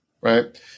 Right